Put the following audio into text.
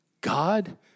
God